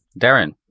Darren